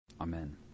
Amen